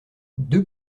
deux